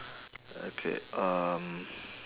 okay um